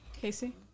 Casey